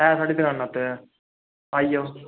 एह् साढ़ी दुकाना उप्पर ऐ आई जाओ